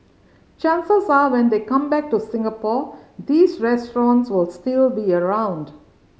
chances are when they come back to Singapore these restaurants will still be around